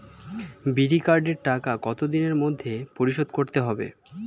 বিড়ির কার্ডের টাকা কত দিনের মধ্যে পরিশোধ করতে হবে?